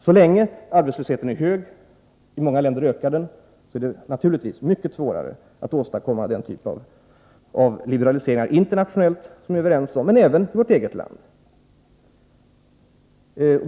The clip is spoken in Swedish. Så länge arbetslösheten är hög — i många länder ökar den — är det naturligtvis mycket svårare att åstadkomma den typ av liberalisering som vi är överens om, internationellt, men även i vårt eget land.